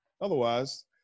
otherwise